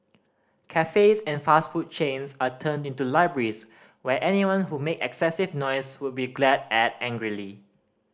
cafes and fast food chains are turned into libraries where anyone who make excessive noise would be glared at angrily